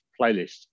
playlist